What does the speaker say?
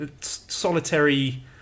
solitary